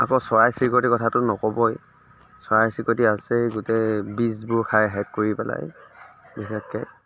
আকৌ চৰাই চিৰিকটিৰ কথাতো নক'বই চৰাই চিৰিকটি আছেই গোটেই বীজবোৰ খাই শেষ কৰি পেলাই বিশেষকৈ